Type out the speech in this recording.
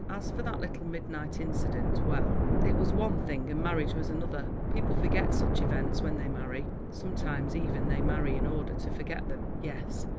as for that little midnight incident, well, it was one thing and marriage was another. people forget such events when they marry sometimes even they marry in order to forget them. yes,